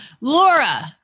Laura